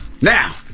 Now